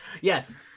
Yes